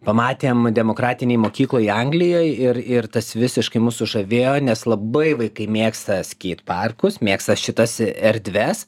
pamatėm demokratinėj mokykloj anglijoj ir ir tas visiškai mus sužavėjo nes labai vaikai mėgsta skeit parkus mėgsta šitas erdves